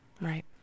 Right